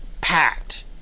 packed